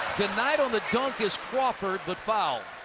denied on the dunk is crawford, but fouled.